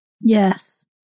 yes